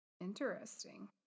Interesting